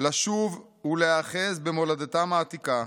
לשוב ולהיאחז במולדתם העתיקה,